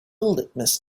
litmus